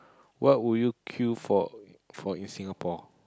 what would you queue for for in Singapore